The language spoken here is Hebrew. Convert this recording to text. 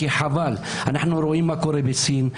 כי אנו רואים מה קורה בסין.